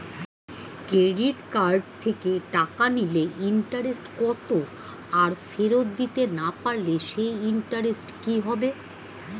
Credit card থেকে টাকা নিলে ইন্টারেস্ট কত আর ফেরত দিতে না পারলে সেই ইন্টারেস্ট কি হবে?